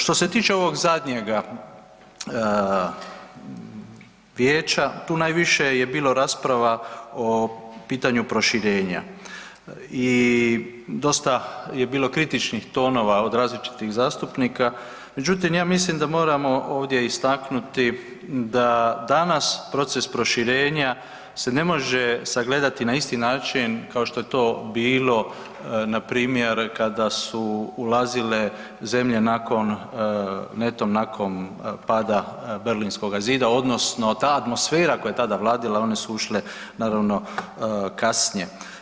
Što se tiče ovog zadnjega Vijeća tu najviše je bilo rasprava o pitanju proširenja I dosta je bilo kritičnih tonova od različitih zastupnika, međutim ja mislim da moramo ovdje istaknuti da danas proces proširenja se ne može sagledati na isti način kao što je to bilo na primjer kada su ulazile zemlje netom nakon pada Berlinskoga zida, odnosno ta atmosfera koja je tada vladala one su ušle naravno kasnije.